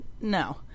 no